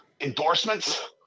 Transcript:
endorsements